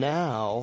now